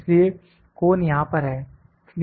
इसलिए कोन यहां पर है